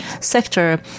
sector